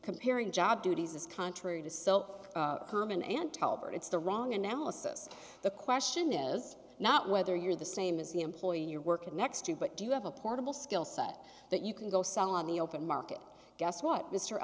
comparing job duties is contrary to so common and talbert it's the wrong analysis the question is not whether you're the same as the employee you're working next to but do you have a portable skill set that you can go sell on the open market guess what mr